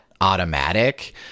automatic